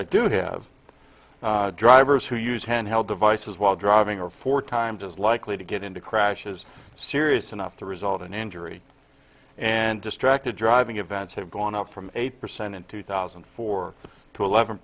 i do have drivers who use handheld devices while driving are four times as likely to get into crashes serious enough to result in injury and distracted driving events have gone up from eight percent in two thousand and four to eleven